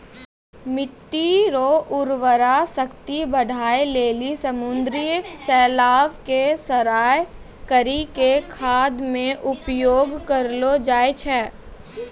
मिट्टी रो उर्वरा शक्ति बढ़ाए लेली समुन्द्री शैलाव के सड़ाय करी के खाद मे उपयोग करलो जाय छै